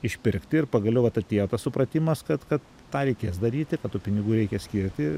išpirkti ir pagaliau vat atėjo tas supratimas kad kad tą reikės daryti kad tų pinigų reikia skirti